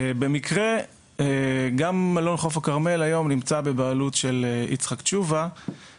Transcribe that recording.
במקרה גם מלון חוף הכרמל היום נמצא בבעלות של יצחק תשובה.